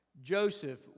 Joseph